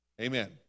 Amen